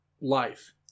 life